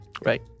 Right